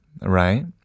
right